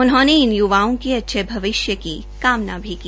उन्होंने इन युवाओं के अच्छे भविष्य की कामना भी की